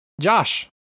Josh